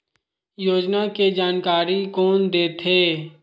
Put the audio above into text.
योजना के जानकारी कोन दे थे?